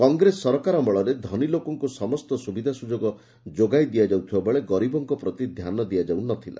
କଂଗ୍ରେସ ସରକାର ଅମଳରେ ଧନୀ ଲୋକଙ୍ଙ ସମସ୍ତ ସୁବିଧା ସୁଯୋଗ ଯୋଗାଇ ଦିଆଯାଉଥିବା ବେଳେ ଗରିବଙ୍କ ପ୍ରତି ଧ୍ଧାନ ଦିଆଯାଉ ନ ଥିଲା